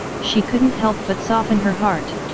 she couldn't help but soften her heart.